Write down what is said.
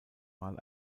mal